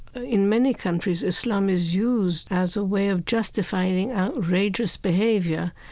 in many countries, islam is used as a way of justifying outrageous behavior,